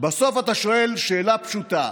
אתה שואל שאלה פשוטה: